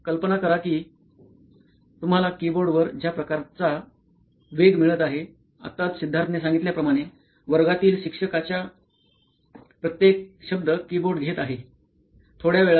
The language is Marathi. तर कल्पना करा कि तुम्हाला कीबोर्डवर ज्या प्रकारचा वेग मिळत आहे आताच सिद्धार्तने सांगितल्याप्रकरे वर्गातील शिक्षकाच्या प्रत्येक शब्द कीबोर्ड घेत आहे